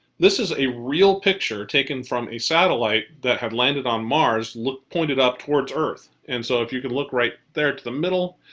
this is a real picture taken from a satellite that had landed on mars pointed up towards earth. and so if you can look right there to the middle,